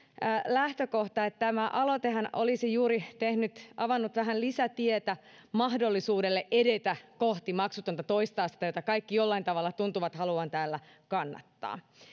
lähtökohta että tämä aloitehan olisi juuri avannut vähän lisätietä mahdollisuudelle edetä kohti maksutonta toista astetta jota kaikki jollain tavalla tuntuvat haluavan täällä kannattaa